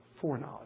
foreknowledge